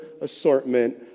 assortment